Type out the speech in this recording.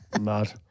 mad